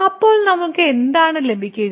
അപ്പോൾ നമുക്ക് എന്താണ് ലഭിക്കുക